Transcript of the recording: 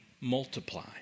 multiply